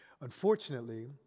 Unfortunately